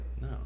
no